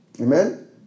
Amen